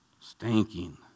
stinking